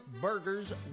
burgers